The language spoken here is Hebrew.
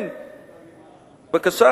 בבקשה,